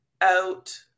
out